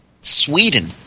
Sweden